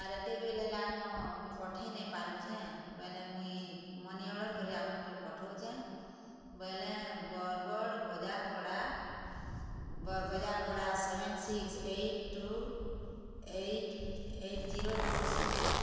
ଆର୍ ଏତେ ବେଲ୍ ହେଲାନ ମୁଇଁ ପଠେଇ ନେଇଁ ପାରୁଛେଁ ବେଲେ ମୁଇଁ ମନି ଅର୍ଡ଼ର୍ କରି ଆପଣଙ୍କରି ପଠଉଛେଁ ବୋଇଲେ ବରଗଡ଼ ବଜାର୍ ପଡ଼ା ବଜାର୍ ପଡ଼ା seven six eight two eight eight zero two six